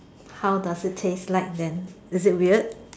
how does it taste like then is it weird